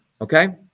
okay